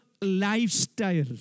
lifestyle